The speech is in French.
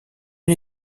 une